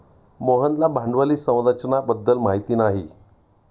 मोहनला भांडवली संरचना बद्दल माहिती नाही